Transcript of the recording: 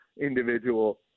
individual